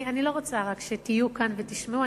אני לא רוצה רק שתהיו כאן ותשמעו,